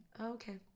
Okay